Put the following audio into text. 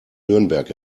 nürnberg